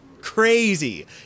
crazy